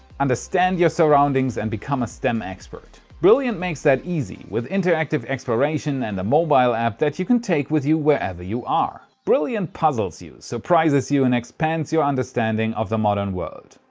understand your surroundings and become a stem expert. brilliant makes that easy with interactive explorations and a mobile app that you can take with you wherever you are. brilliant puzzles you, surprises you, and expands your understanding of the modern world.